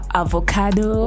avocado